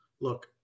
look